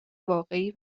واقعی